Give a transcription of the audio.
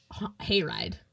hayride